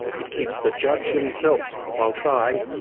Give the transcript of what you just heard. it keeps the judge himself, while trying,